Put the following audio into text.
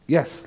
Yes